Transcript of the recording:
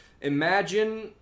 imagine